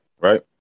right